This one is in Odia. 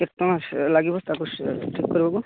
କେତେ ଟଙ୍କା ସେ ଲାଗିବ ତାକୁ ଠିକ୍ କରିବାକୁ